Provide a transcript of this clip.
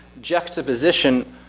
juxtaposition